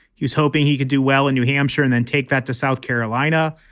he was hoping he could do well in new hampshire and then take that to south carolina.